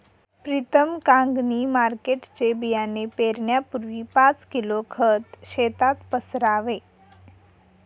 प्रीतम कांगणी मार्केटचे बियाणे पेरण्यापूर्वी पाच किलो खत शेतात पसरावे